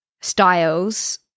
styles